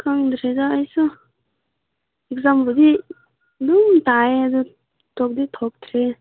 ꯈꯪꯗ꯭ꯔꯦꯗ ꯑꯩꯁꯨ ꯑꯦꯛꯖꯥꯝꯕꯨꯗꯤ ꯑꯗꯨꯝ ꯊꯥꯏꯌꯦ ꯑꯗꯨ ꯊꯣꯛꯗꯤ ꯊꯣꯛꯇ꯭ꯔꯤ